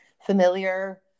familiar